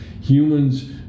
Humans